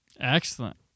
Excellent